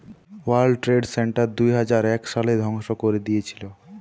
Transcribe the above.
world trade centre দুইহাজার এক সালে ধ্বংস করে দিয়েছিলো